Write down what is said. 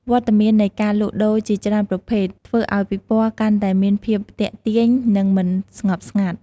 វត្តមាននៃការលក់ដូរជាច្រើនប្រភេទ ធ្វើឱ្យពិព័រណ៍កាន់តែមានភាពទាក់ទាញ និងមិនស្ងប់ស្ងាត់។